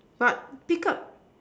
but pick up